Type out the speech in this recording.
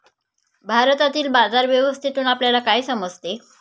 भारतातील बाजार व्यवस्थेतून आपल्याला काय समजते?